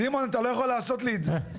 סימון, אתה לא יכול לעשות לי את זה.